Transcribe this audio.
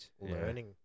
learning